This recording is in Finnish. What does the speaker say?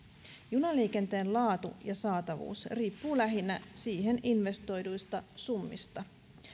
junaliikenteen laatu ja saatavuus riippuvat lähinnä siihen investoiduista summista